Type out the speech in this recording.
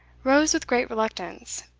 rose with great reluctance,